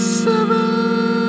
seven